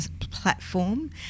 platform